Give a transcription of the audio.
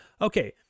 Okay